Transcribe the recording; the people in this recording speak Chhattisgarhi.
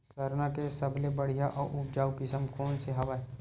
सरना के सबले बढ़िया आऊ उपजाऊ किसम कोन से हवय?